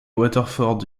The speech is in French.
waterford